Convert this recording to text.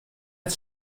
net